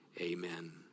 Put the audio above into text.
Amen